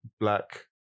black